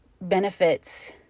benefits